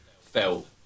felt